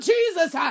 Jesus